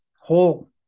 whole